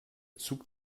zug